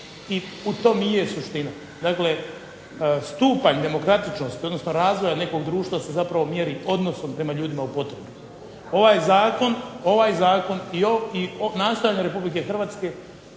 i u tom i je suština. Dakle, stupanj demokratičnosti, odnosno razvoja nekog društva se zapravo mjeri odnosom prema ljudima u potrebi. Ovaj zakon i nastojanje RH prema